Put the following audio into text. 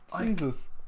Jesus